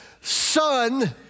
son